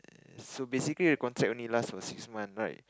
so basically the contract only last for six month right